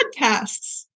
podcasts